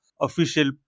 official